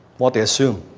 what they assume